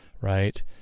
right